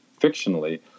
fictionally